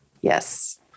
Yes